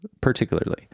particularly